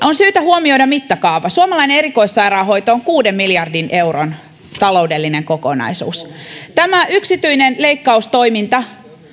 on syytä huomioida mittakaava suomalainen erikoissairaanhoito on kuuden miljardin euron taloudellinen kokonaisuus tämä yksityinen leikkaustoiminta